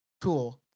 cool